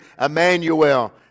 Emmanuel